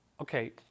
okay